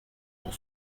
pour